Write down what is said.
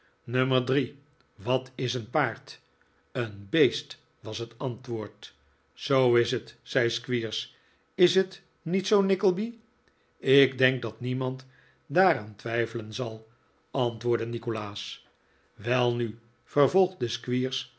nummer drie wat is een paard een beest was het antwoord zoo is het zei squeers is het niet zoo nickleby ik denk dat niemand daaraan twijfelen zal antwpordde nikolaas welnu vervolgde